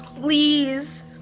please